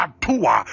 Atua